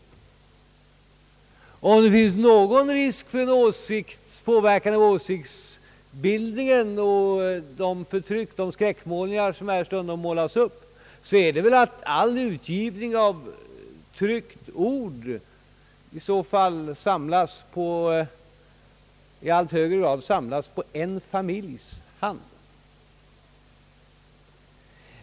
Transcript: Om det finns någon risk för påverkan i fråga om Ååsiktsbildning och för åsiktsförtryck mot bakgrunden av de skräckbilder som här tecknades, är det väl att all utgivning av tryckt ord i så fall i allt högre grad samlas i en familjs hand.